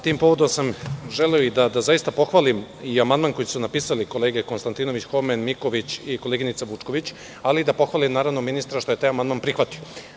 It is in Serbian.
Tim povodom sam želeo i da zaista pohvalim i amandman koji su napisale kolege Konstantinović, Homen, Miković i koleginica Vučković, ali i da pohvalim, naravno, ministra što je taj amandman prihvatio.